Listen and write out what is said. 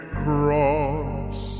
cross